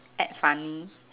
act funny